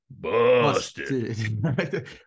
Busted